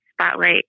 spotlight